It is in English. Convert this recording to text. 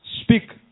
speak